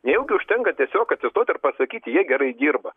nejaugi užtenka tiesiog atsistot ir pasakyti jie gerai dirba